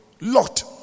Lot